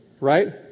Right